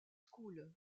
school